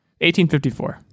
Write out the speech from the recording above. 1854